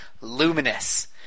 luminous